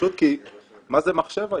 פשוט כי מה זה מחשב היום?